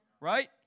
right